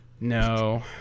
No